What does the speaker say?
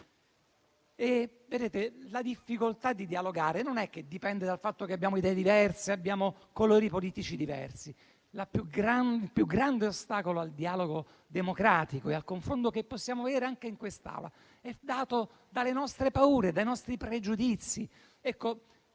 La difficoltà di dialogare non dipende dal fatto che abbiamo idee diverse o che abbiamo colori politici diversi. Il più grande ostacolo al dialogo democratico e al confronto, anche in quest'Aula, è dato dalle nostre paure e dai nostri pregiudizi.